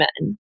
men